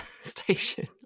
station